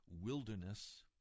wilderness